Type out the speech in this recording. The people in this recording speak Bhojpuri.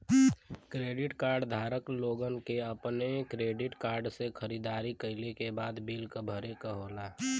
क्रेडिट कार्ड धारक लोगन के अपने क्रेडिट कार्ड से खरीदारी कइले के बाद बिल क भरे क होला